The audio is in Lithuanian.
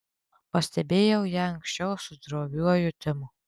pastebėjau ją anksčiau su droviuoju timu